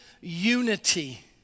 unity